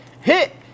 hit